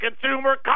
consumer